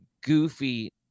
goofy